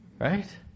Right